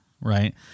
right